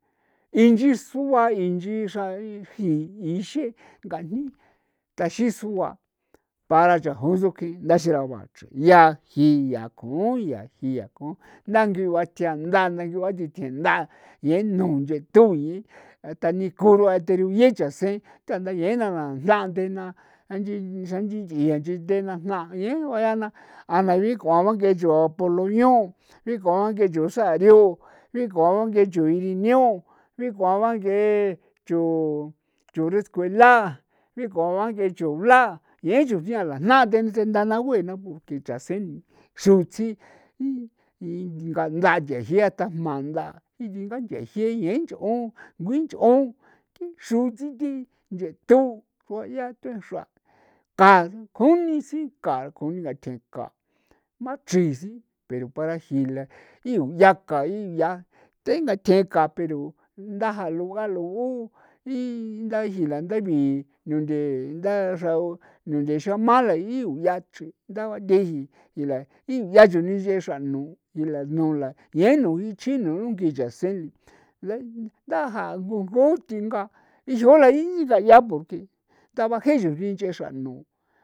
Inchin sua inchin xraa jin isin ngajni taxin sua para chajon tsukjin ndaxerau be chrin yaa jii ya ku yaa jia ko dangi ba thji ko danthe ba thithjenda yee nu nchetuyi hasta ni kuru'a theruye chasen tjandaye'e na ba janthena inchin ja inchin nthi'i ya nche tena jna ye ula jna are binku'an bangee chu apolonio binku'an bage'e chu sario binku'an bage'e chu irineo iku'a bage'e chu ri scuela, binku'an bage'e chu bla jichunxi'ala na kensen ndanague'ena por qué chasen xru tsji nganda nche xia tajma na inchin ngaan nche jie yencho'o nguin ncho'o xru'in thi ye ncheto guayaa thi xra kara njuini tsi kara kjuni ngathje ka ma chrinsen pero para ji'ila iyuyaa ka yai ka thengatjen ka pero nthajaa loga lugu inda ji'ila ntha bi'i nunthe ntha xrao nunthe'e xa mala yu yaa chrin nthabathe'e ji'i ila iyaa chujni nche'e xra nuu ila nula yee nu ichjena rungkji chasen ntha jaa gukuthi nga ixin ula ixin daya'a por que tabaje' xrin nch'i xra nu.